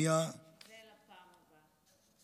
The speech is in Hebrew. זה לפעם הבאה.